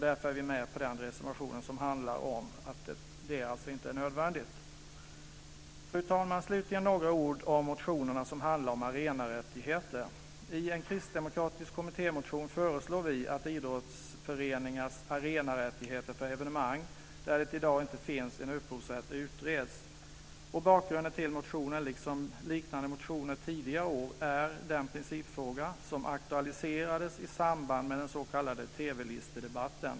Därför är vi med på den reservation som handlar om att detta inte är nödvändigt. Fru talman! Slutligen vill jag säga några ord om motionerna som handlar om arenarättigheter. I en kristdemokratisk kommittémotion föreslår vi att idrottsföreningars arenarättigheter för evenemang där det i dag inte finns en upphovsrätt utreds. Bakgrunden till motionen liksom till liknande motioner från tidigare år är den principfråga som aktualiserades i samband med den s.k. TV-listedebatten.